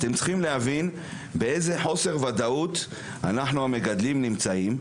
אתם צריכים להבין באיזה חוסר ודאות אנחנו המגדלים נמצאים,